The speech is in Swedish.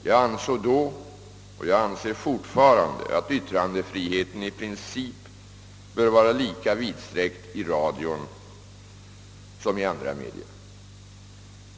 Jag ansåg då och jag anser fortfarande att yttrandefriheten i princip bör vara lika vidsträckt i radion som i andra media.